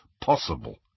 possible